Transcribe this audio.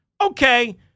Okay